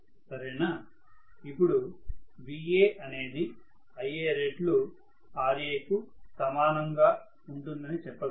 సరేనా ఇప్పుడు Va అనేది Ia రెట్లు Raకు సమానంగా ఉంటుందని చెప్పగలను